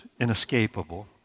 inescapable